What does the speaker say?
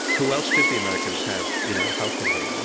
who else did the americans have you know helping them?